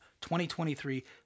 2023